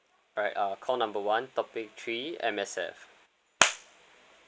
alright uh call number one topic three M_S_F